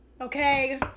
Okay